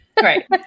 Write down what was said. right